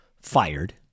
fired